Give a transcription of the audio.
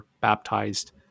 baptized